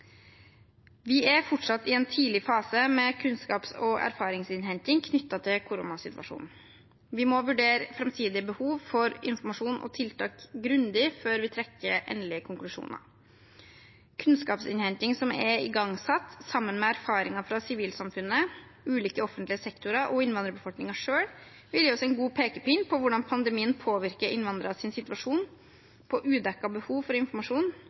Vi er fortsatt i en tidlig fase med kunnskaps- og erfaringsinnhenting knyttet til koronasituasjonen. Vi må vurdere framtidige behov for informasjon og tiltak grundig før vi trekker endelige konklusjoner. Kunnskapsinnhenting som er igangsatt, sammen med erfaringer fra sivilsamfunnet, ulike offentlige sektorer og innvandrerbefolkningen selv, vil gi oss en god pekepinn på hvordan pandemien påvirker innvandreres situasjon, hva som er udekkede behov for informasjon,